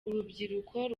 urubyiruko